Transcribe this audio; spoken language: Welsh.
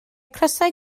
crysau